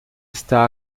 está